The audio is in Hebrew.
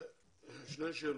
שתי שאלות.